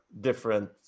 different